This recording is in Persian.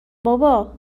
بابا